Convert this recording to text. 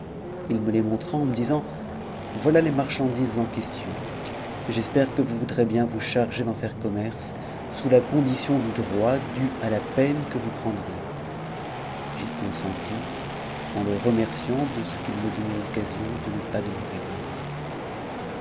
il me les montra en me disant voilà les marchandises en question j'cs que vous voudrez bien vous charger d'en faire commerce sous la condition du droit dû à la peine que vous prendrez j'y consentis eu h remerciant de ce qu'il me donnait occasion de ne pas demeurer oisif